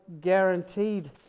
guaranteed